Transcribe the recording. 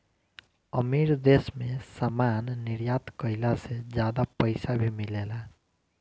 अमीर देश मे सामान निर्यात कईला से ज्यादा पईसा भी मिलेला